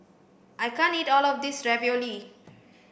I can't eat all of this Ravioli